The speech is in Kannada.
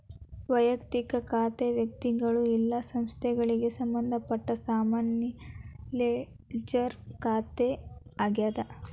ವಯಕ್ತಿಕ ಖಾತೆ ವ್ಯಕ್ತಿಗಳು ಇಲ್ಲಾ ಸಂಸ್ಥೆಗಳಿಗೆ ಸಂಬಂಧಪಟ್ಟ ಸಾಮಾನ್ಯ ಲೆಡ್ಜರ್ ಖಾತೆ ಆಗ್ಯಾದ